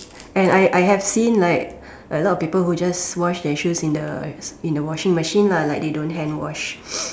and I I have seen like a lot of people who just wash their shoes in the in the washing machine lah like they don't hand wash